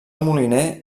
moliner